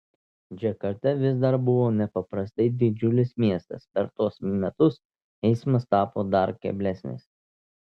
džakarta vis dar buvo nepaprastai didžiulis miestas per tuos metus eismas tapo dar keblesnis